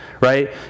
Right